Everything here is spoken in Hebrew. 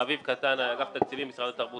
בעיקר כי זה מבוצע חלק על ידי רשויות